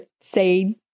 say